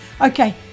Okay